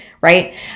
right